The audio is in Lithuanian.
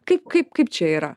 kai kaip kaip čia yra